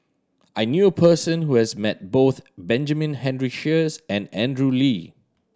I knew a person who has met both Benjamin Henry Sheares and Andrew Lee